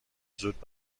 زود